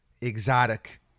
exotic